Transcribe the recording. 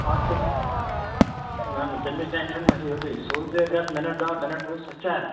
اَتھ حظ چھِ نہَ نہَ تَمِچ ٹٮ۪نشَن مہٕ ہیٚیِو تُہۍ سُل ژیر گژھِ مِنَٹ دَہ مِنَٹ وُہ سُہ چَلہِ